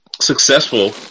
successful